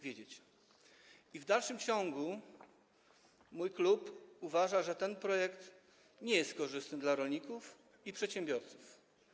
W dalszym ciągu mój klub uważa, że ten projekt nie jest korzystny dla rolników i przedsiębiorców.